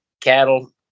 cattle